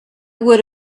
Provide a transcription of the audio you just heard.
would